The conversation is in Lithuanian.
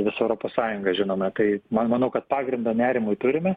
visą europos sąjungą žinome tai man manau kad pagrindo nerimui turime